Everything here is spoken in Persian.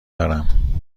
دارم